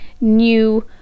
new